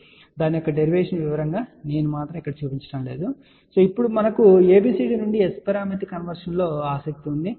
కాబట్టి నేను దాని యొక్క డెరివేషన్ ను వివరంగా మీకు చూపించటం లేదు కాని ఇప్పుడు మనకు ABCD నుండి S పారామితి కన్వర్షన్ లో ఆసక్తి ఉన్నది